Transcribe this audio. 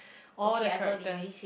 all the characters